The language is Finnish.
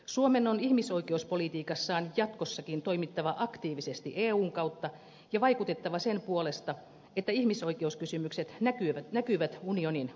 suomen on ihmisoikeuspolitiikassaan jatkossakin toimittava aktiivisesti eun kautta ja vaikutettava sen puolesta että ihmisoikeuskysymykset näkyvät unionin ulkosuhdepolitiikassa